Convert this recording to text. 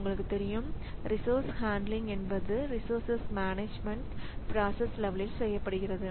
உங்களுக்குத் தெரியும் resources handling என்பது ரிசோர்சஸ் மேனேஜ்மென்ட் ப்ராசஸ் லெவல்லில் செய்யப்படுகிறது